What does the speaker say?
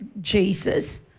Jesus